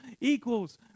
equals